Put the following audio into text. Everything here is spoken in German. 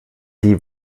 die